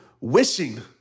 wishing